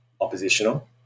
oppositional